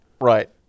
Right